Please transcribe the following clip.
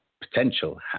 potential